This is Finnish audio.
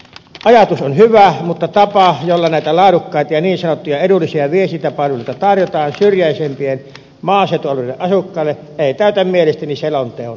ajatus on hyvä mutta tapa jolla näitä laadukkaita ja niin sanottuja edullisia viestintäpalveluita tarjotaan syrjäisempien maaseutualueiden asukkaille ei täytä mielestäni selonteon henkeä